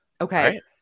Okay